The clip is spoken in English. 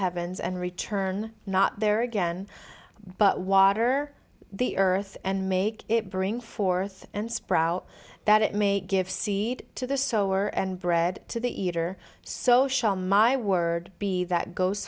heavens and return not there again but water the earth and make it bring forth and sprout that it may give seed to the so were and bread to the eater so shall my word be that goes